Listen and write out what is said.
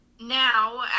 now